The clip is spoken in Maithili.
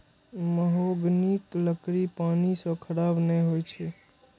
महोगनीक लकड़ी पानि सं खराब नै होइ छै